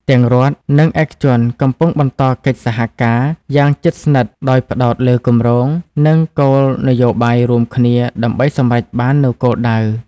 ទាំងរដ្ឋ និងឯកជនកំពុងបន្តកិច្ចសហការ យ៉ាងជិតស្និទ្ធ ដោយផ្តោតលើគម្រោង និងគោលនយោបាយរួមគ្នាដើម្បីសម្រេចបាននូវគោលដៅ។